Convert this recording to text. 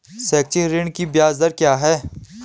शैक्षिक ऋण की ब्याज दर क्या है?